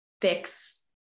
fix